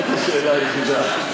זאת השאלה היחידה.